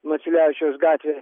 maciulevičiaus gatvė